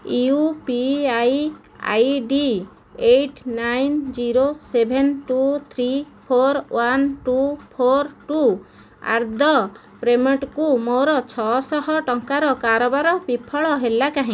you P I I D eight nine zero seven two three four one two four two କୁ ମୋର ଛଅ ଶହ ଟଙ୍କାର କାରବାର ବିଫଳ ହେଲା କାହିଁକି